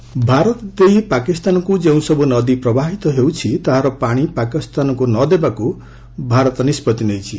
water sharing Bharat ଦେଇ ପାକିସ୍ତାନକୁ ଯେଉଁସବୁ ନଦୀ ପ୍ରବାହିତ ହେଉଛି ତାହାର ପାଣି ପାକିସ୍ତାନକୁ ନଦେବା ପାଇଁ ଭାରତ ନିଷ୍ପଭି ନେଇଛି